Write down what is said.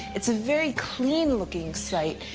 it's a very clean looking site.